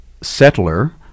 settler